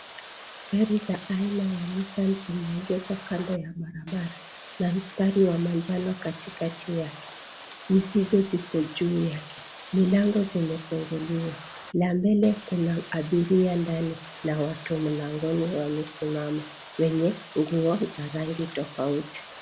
Gari za aina ya Nissan zime egeshwa kando ya barabara na mstari wa manjano katikati yake. Mizigo ziko juu yake, milango zimefunguliwa na mbele kuna abiria ndani na watu mlangoni wamesimama wenye nguo za rangi tofauti.